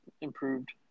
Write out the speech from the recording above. improved